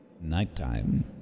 Nighttime